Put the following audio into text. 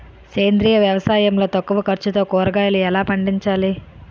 సేంద్రీయ వ్యవసాయం లో తక్కువ ఖర్చుతో కూరగాయలు ఎలా పండించాలి?